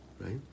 Right